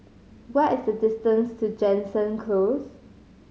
what is the distance to Jansen Close